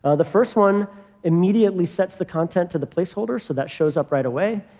ah the first one immediately sets the content to the placeholder. so that shows up right away.